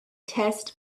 test